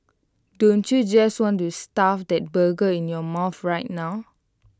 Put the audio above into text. don't you just want to stuff that burger in your mouth right now